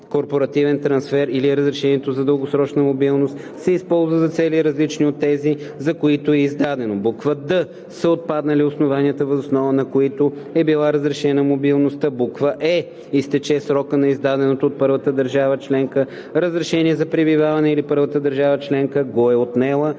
вътрешнокорпоративен трансфер, или разрешението за дългосрочна мобилност се използва за цели, различни от тези, за които е издадено; д) са отпаднали основанията, въз основата на които е била разрешена мобилността; е) изтече срокът на издаденото от първата държава членка разрешение за пребиваване или първата държава членка го е отнела